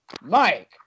Mike